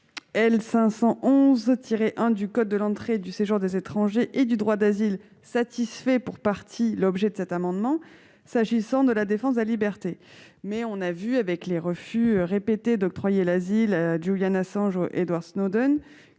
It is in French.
L. 511-1 du code de l'entrée et du séjour des étrangers et du droit d'asile satisfait pour partie l'objet de cet amendement s'agissant de la défense de la liberté. Néanmoins, les refus répétés d'octroyer l'asile à Julian Assange ou à Edward Snowden